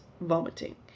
vomiting